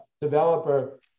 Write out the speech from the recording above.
developer